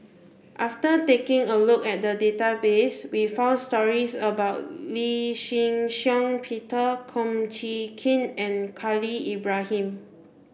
after taking a look at the database we found stories about Lee Shih Shiong Peter Kum Chee Kin and Khalil Ibrahim